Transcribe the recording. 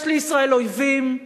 יש לישראל אויבים,